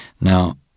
Now